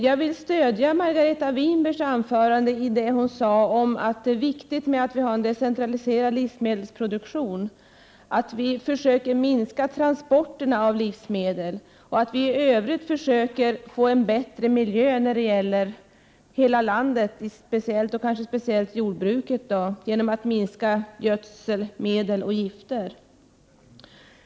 Jag vill ge mitt stöd till vad Margareta Winberg sade i sitt anförande, nämligen att det är viktigt att vi har en decentraliserad livsmedelsproduktion, att vi försöker minska transporterna av livsmedel och i övrigt försöker skapa en bättre miljö när det gäller hela landet — speciellt jordbruket. Detta kan ske genom en minskning av användandet av gödselmedel och gifter.